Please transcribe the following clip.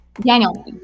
Daniel